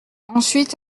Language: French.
ensuite